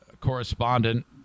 correspondent